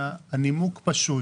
הנימוק פשוט.